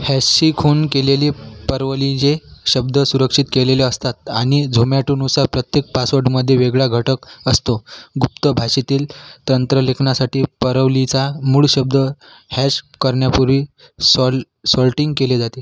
हॅशची खूण केलेले परवलीचे शब्द सुरक्षित केलेले असतात आणि झोमॅटोनुसार प्रत्येक पासवर्डमध्ये वेगळा घटक असतो गुप्त भाषेतील तंत्रलेखनासाठी परवलीचा मूळ शब्द हॅश करण्यापूर्वी सॉल सॉल्टिंग केले जाते